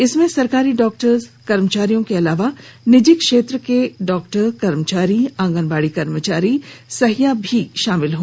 इसमें सरकारी डॉक्टर कर्मचारियों के अलावा निजी क्षेत्र के डॉक्टर कर्मचारी आंगनबाड़ी कर्मचारी सहिया आदि शामिल हैं